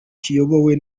kiyobowe